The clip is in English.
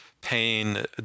pain